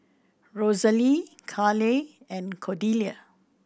Rosalee Kaleigh and Cordelia